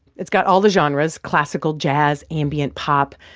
it's got all the genres classical, jazz, ambient, pop.